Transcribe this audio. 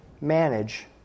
manage